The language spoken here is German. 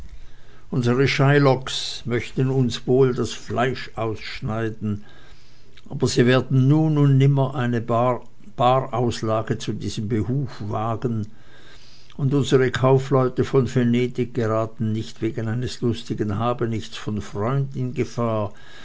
unsere shylocks möchten uns wohl das fleisch ausschneiden aber sie werden nun und nimmer eine barauslage zu diesem behuf wagen und unsere kaufleute von venedig geraten nicht wegen eines lustigen habenichts von freund in gefahr